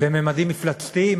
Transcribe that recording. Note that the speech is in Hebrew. בממדים מפלצתיים,